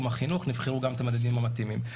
החינוך נבחן גם את המדדים המתאימים.